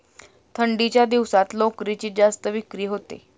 थंडीच्या दिवसात लोकरीची जास्त विक्री होते